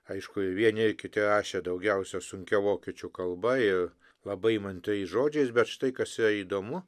aišku ir vieni ir kiti rašė daugiausia sunkia vokiečių kalba ir labai įmantriais žodžiais bet štai kas yra įdomu